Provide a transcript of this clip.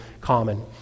common